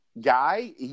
guy